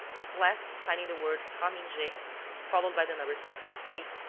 at last, finding the word harmingeat followed by the number sixty three,